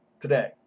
today